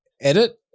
edit